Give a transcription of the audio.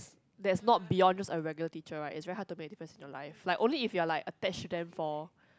that's not beyond just a regular teacher right is very hard to make difference in your life like only if you are like attach to them for